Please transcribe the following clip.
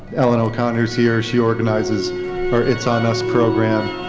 ellen o'connor is here. she organizes our it's on us program.